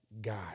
God